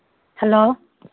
hello